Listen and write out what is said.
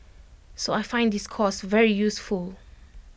so I find this course very useful